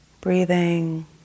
Breathing